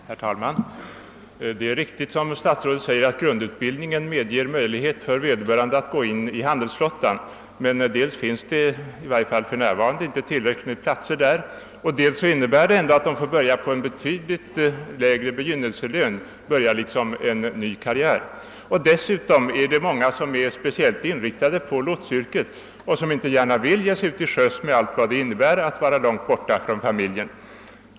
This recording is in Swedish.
Herr talman! Det är riktigt som statsrådet säger att grundutbildningen ger vederbörande möjlighet att gå in i han delsflottan. Men dels finns det för närvarande inte tillräckligt med platser där, dels innebär det ändå att de får börja med en betydligt lägre begynnelselön, dvs. påbörja en ny karriär. Dessutom är det många som är speciellt inriktade på lotsyrket och som inte gärna vill ge sig ut till sjöss med allt vad det innebär att vara långt borta från familjen.